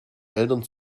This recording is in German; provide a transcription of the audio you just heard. eltern